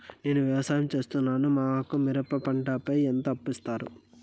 నేను వ్యవసాయం సేస్తున్నాను, మాకు మిరప పంటపై ఎంత అప్పు ఇస్తారు